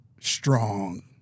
Strong